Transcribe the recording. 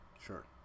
Sure